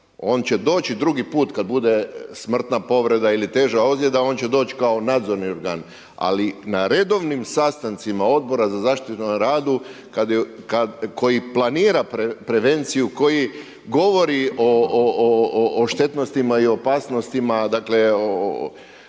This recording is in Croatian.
On će doći drugi put kada bude smrtna povreda ili teža ozljeda on će doći kao nadzorni organ. Ali, na redovnim sastancima Odbora za zaštite na radu, koji planira prevenciju, koji govori o štetnostima i opasnostima dakle,